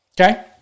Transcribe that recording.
okay